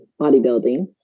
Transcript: bodybuilding